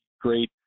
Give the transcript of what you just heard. great